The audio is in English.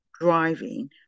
driving